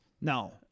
no